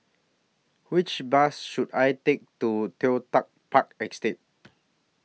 Which Bus should I Take to Toh Tuck Park Estate